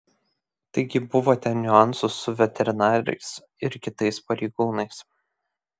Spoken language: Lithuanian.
taigi buvo ten niuansų su veterinarais ir kitais pareigūnais